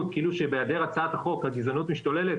כאילו שבהיעדר הצעת החוק הגזענות משתוללת,